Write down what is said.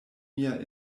mia